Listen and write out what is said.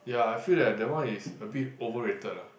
ya I feel that that one is a bit overrated lah